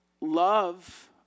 love